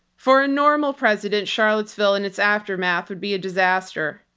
for a normal president, charlottesville and its aftermath would be a disaster.